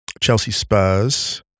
Chelsea-Spurs